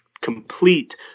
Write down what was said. complete